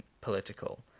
political